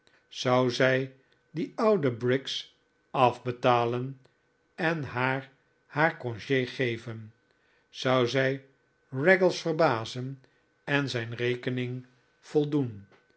zou zij die oude briggs afbetalen en haar haar conge geven zou zij raggles verbazen en zijn rekening voldoen